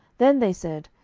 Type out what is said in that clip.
then they said,